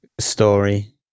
story